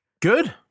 Good